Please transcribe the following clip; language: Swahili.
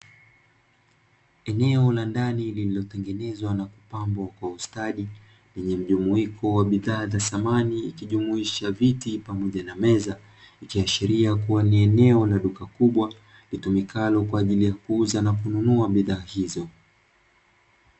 Eneo la ndani lililotengenezwa na kupambwa kwa ustadi; lenye mjumuiko wa bidhaa za samani ikijumuisha viti pamoja na meza, ikiashiria kuwa ni eneo la duka kubwa, litumikalo kwa ajili ya kuuza na kununua bidhaa hizo.